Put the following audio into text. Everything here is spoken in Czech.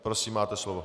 Prosím, máte slovo.